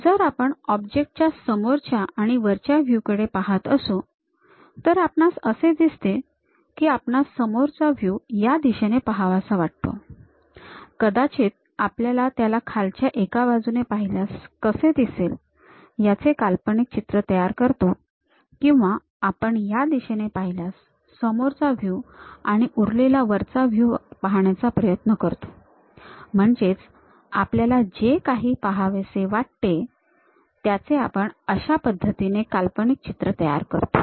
जर आपण ऑब्जेक्ट च्या समोरच्या आणि वरच्या व्ह्यू कडे पाहत असू तर आपणास असे दिसते की आपणास समोरचा व्ह्यू ह्या दिशेने पहावासा वाटतो कदाचित आपल्याला त्याला खालच्या एका बाजूने पाहिल्यास कसे दिसेल याचे काल्पनिक चित्र तयार करतो किंवा आपण या दिशेने पाहिल्यास समोरचा व्ह्यू आणि उरलेला वरचा व्ह्यू पाहण्याचा प्रयत्न करतो म्हणजेच आपल्याला जे काही पहावेसे वाटते त्याचे आपण अशा पद्धतीने काल्पनिक चित्र तयार करतो